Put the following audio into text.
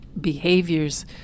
behaviors